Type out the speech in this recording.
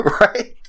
Right